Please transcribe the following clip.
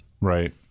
Right